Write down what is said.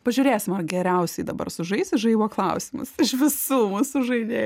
pažiūrėsim ar geriausiai dabar sužaisi žaibo klausimus iš visų mūsų žaidė